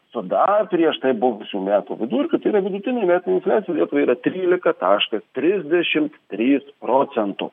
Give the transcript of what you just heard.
su dar prieš tai buvusių metų vidurkiu tai yra vidutinė metinė infliacija lietuvai yra trylika taškas trisdešimt trys procento